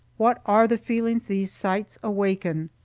what are the feelings these sights awaken!